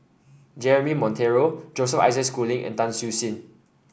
Jeremy Monteiro Joseph Isaac Schooling and Tan Siew Sin